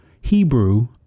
Hebrew